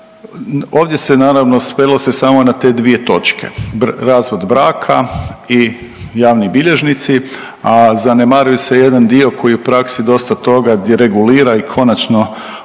Ovdje se naravno svelo se samo na te dvije točke, razvod braka i javni bilježnici, a zanemaruje se jedan dio koji je u praksi dosta toga gdje regulira i konačno olakšava,